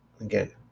Again